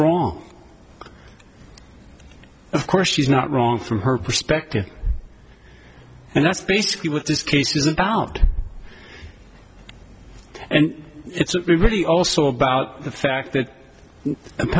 wrong of course she's not wrong from her perspective and that's basically what this case is about and it's really also about the fact that